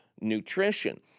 nutrition